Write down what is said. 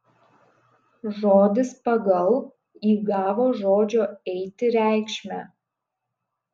žodis pagal įgavo žodžio eiti reikšmę